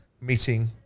meeting